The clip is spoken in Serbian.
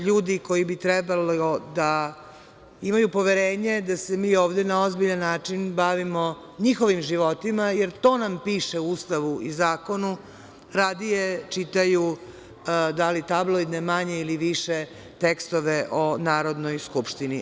LJudi koji bi trebalo da imaju poverenje da se mi ovde na ozbiljan način bavimo njihovim životima, jer to nam piše u Ustavu i zakonu, radije čitaju, da li tabloidne, manje ili više, tekstove o Narodnoj skupštini.